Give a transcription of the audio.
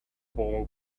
boy